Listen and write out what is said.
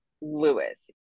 lewis